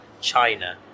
China